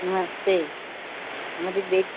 नमस्ते हमारी बे